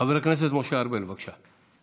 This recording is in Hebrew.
חבר הכנסת משה ארבל, בבקשה.